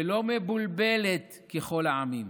ולא מבולבלת ככל העמים.